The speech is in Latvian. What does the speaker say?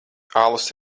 alus